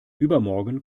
übermorgen